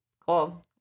Cool